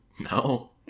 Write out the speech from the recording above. no